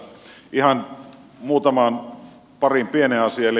ihan muutamaan pariin pieneen asiaan